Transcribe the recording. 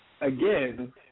Again